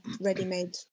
ready-made